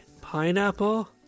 pineapple